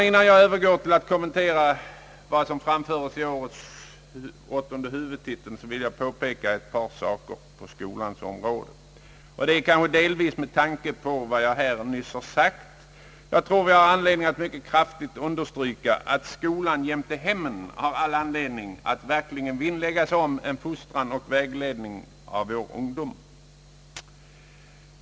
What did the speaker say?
Innan jag kommenterar en del punkter i årets åttonde huvudtitel vill jag, berr talman, påpeka ett par saker då det gäller skolans område, delvis kanske med tanke på vad jag nyss sagt — jag tror att vi måste mycket kraftigt understryka, att skolan jämte hemmen har all anledning att verkligen vinnlägga sig om en fostran och vägledning av vår ungdom.